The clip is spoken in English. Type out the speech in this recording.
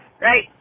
right